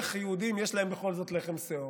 איך בכל זאת יש ליהודים לחם שאור?